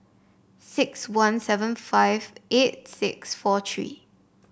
six one seven five eight six four three